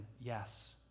yes